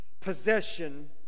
possession